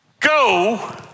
Go